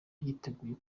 yiteguye